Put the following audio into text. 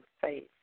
Faith